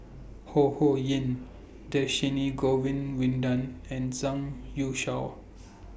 Ho Ho Ying Dhershini Govin Winodan and Zhang Youshuo